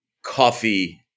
coffee